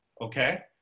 okay